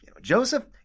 Joseph